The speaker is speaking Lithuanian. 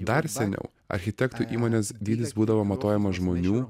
dar seniau architektų įmonės dydis būdavo matuojamas žmonių